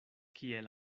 kiel